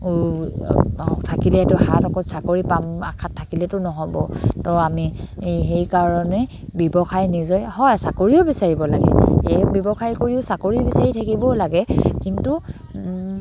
থাকিলে চাকৰি পাম আশাত থাকিলেতো নহ'ব তো আমি এই সেইকাৰণে ব্যৱসায় নিজে হয় চাকৰিও বিচাৰিব লাগে এই ব্যৱসায় কৰিও চাকৰি বিচাৰি থাকিবও লাগে কিন্তু